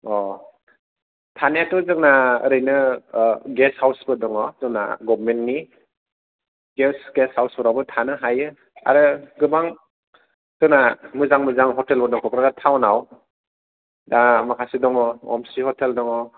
थानायाथ' जोंना ओरैनो गेस हाउसबो दङ जोंना गभमेननि गेस गेस हावसावफोरावबो थानो हायो आरो गोबां जोंना मोजां मोजां हतेलबो दं क'क्राझार टावनाव दा माखासे दं अमस्रि हतेल दङ